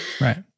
Right